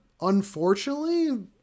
unfortunately